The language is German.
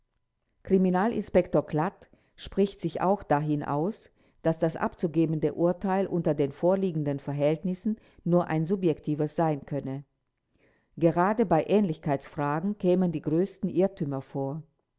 kriminalinspektor klatt spricht sich auch dahin aus daß das abzugebende urteil unter den vorliegenden verhältnissen nur ein subjektives sein könne gerade bei ähnlichkeitsfragen kämen die größten irrtümer vor